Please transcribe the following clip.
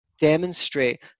demonstrate